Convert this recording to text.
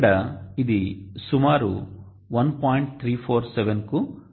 ఇక్కడ ఇది సుమారు 1